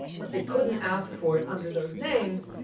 but they couldn't ask for it under those names.